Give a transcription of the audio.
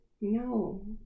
No